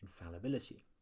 infallibility